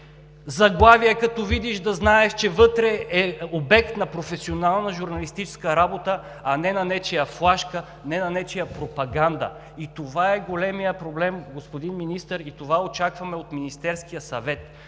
заглавие, като видиш, да знаеш, че е обект на професионална журналистическа работа, а не на нечия флашка, не на нечия пропаганда. Това е големият проблем, господин Министър, и очакваме от Министерския съвет